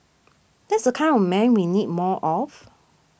that's the kind of man we need more of